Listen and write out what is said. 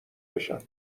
بشم